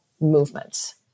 movements